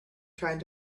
trying